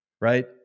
right